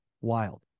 wild